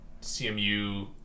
CMU